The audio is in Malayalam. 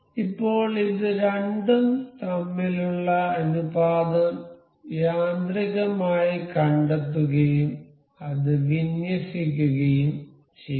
ഇപ്പോൾ ഇത് രണ്ടും തമ്മിലുള്ള അനുപാതം യാന്ത്രികമായി കണ്ടെത്തുകയും അത് വിന്യസിക്കുകയും ചെയ്യുന്നു